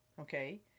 okay